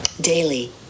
Daily